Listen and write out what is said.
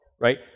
right